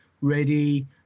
ready